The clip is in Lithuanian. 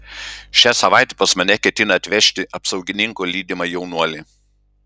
šią savaitę pas mane ketina atvežti apsaugininko lydimą jaunuolį